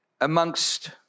amongst